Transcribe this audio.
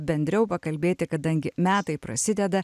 bendriau pakalbėti kadangi metai prasideda